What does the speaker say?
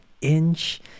inch